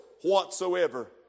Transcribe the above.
whatsoever